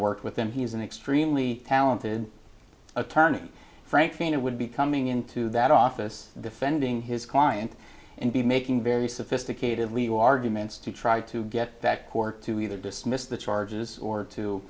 worked with him he's an extremely talented attorney frank farina would be coming into that office defending his client and be making very sophisticated legal arguments to try to get back court to either dismiss the charges or